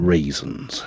Reasons